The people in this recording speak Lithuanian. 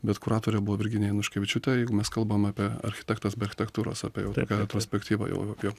bet kuratorė buvo virginija juškevičiūtė jeigu mes kalbam apie architektas be architektūros apie jau retrospektyvą jau apie